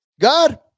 God